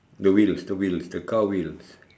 the wheels the wheels the car wheels